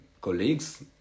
colleagues